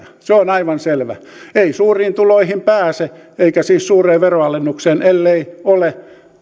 se on aivan selvä ei suuriin tuloihin pääse eikä siis suureen veronalennukseen ellei ole